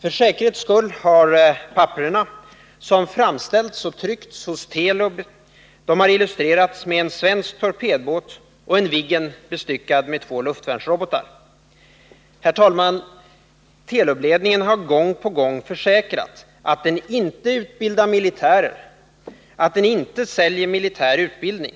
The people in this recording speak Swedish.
För säkerhets skull har dessa papper — som framställts av och tryckts hos Telub — illustrerats med en svensk torpedbåt och en Viggen bestyckad med två luftvärnsrobotar. Herr talman! Telubledningen har gång på gång försäkrat att den inte utbildar militärer, att den inte säljer militär utbildning.